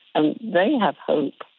and they have hope,